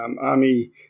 Army